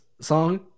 song